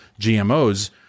GMOs